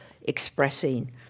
expressing